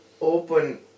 open